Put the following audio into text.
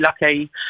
lucky